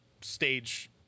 stage